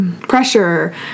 pressure